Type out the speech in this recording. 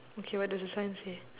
okay what does the sign say